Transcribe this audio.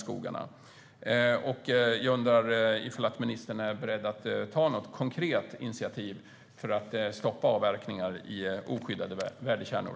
Jag undrar om ministern är beredd att ta något konkret initiativ för att stoppa avverkningar i oskyddade värdekärnor.